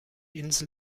insel